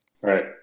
Right